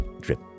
drip